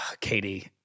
Katie